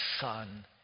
Son